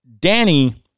Danny